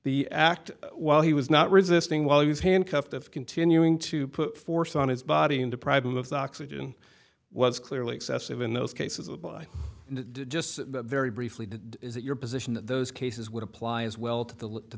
the act while he was not resisting while he was handcuffed of continuing to put force on his body and deprive him of the oxygen was clearly excessive in those cases a by just very briefly is it your position that those cases would apply as well to